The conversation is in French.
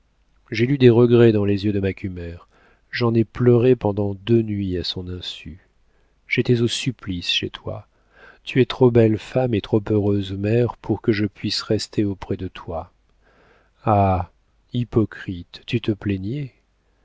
j'ai lu des regrets dans les yeux de macumer j'en ai pleuré pendant deux nuits à son insu j'étais au supplice chez toi tu es trop belle femme et trop heureuse mère pour que je puisse rester auprès de toi ah hypocrite tu te plaignais